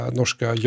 norska